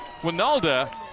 Winalda